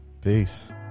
Peace